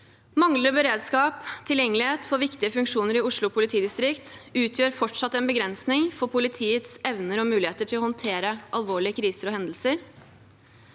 Manglende beredskap/tilgjengelighet for viktige funksjoner i Oslo politidistrikt utgjør fortsatt en begrensning for politiets evner og muligheter til å håndtere alvorlige kriser og hendelser.